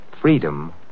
freedom